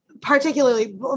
particularly